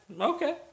Okay